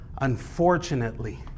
Unfortunately